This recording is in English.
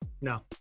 No